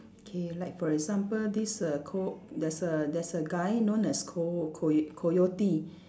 K like for example this err co~ there's a there's a guy known as co~ coy~ coyote